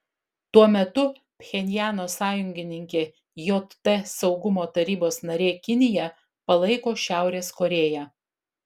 tuo metu pchenjano sąjungininkė jt saugumo tarybos narė kinija palaiko šiaurės korėją